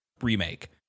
remake